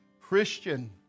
Christian